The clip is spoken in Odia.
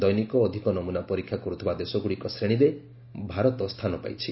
ଦୈନିକ ଅଧିକ ନମୁନା ପରୀକ୍ଷା କରୁଥିବା ଦେଶଗୁଡ଼ିକ ଶ୍ରେଣୀରେ ଭାରତ ସ୍ଥାନ ପାଇଛି